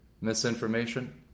misinformation